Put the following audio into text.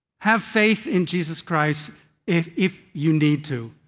have faith in jesus christ if if you need to.